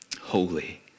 Holy